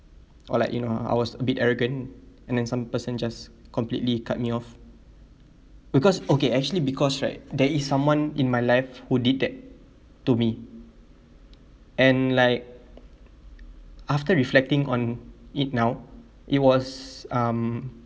or like you know I was a bit arrogant and then some person just completely cut me off because okay actually because right there is someone in my life who did that to me and like after reflecting on it now it was um